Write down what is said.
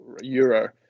euro